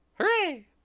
hooray